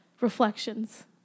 reflections